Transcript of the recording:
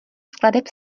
skladeb